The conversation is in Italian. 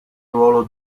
ruolo